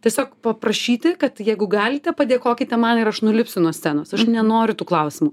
tiesiog paprašyti kad jeigu galite padėkokite man ir aš nulipsiu nuo scenos aš nenoriu tų klausimų